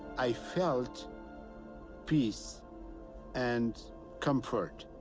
i felt peace and comfort.